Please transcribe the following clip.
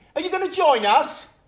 are you gonna join us?